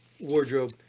wardrobe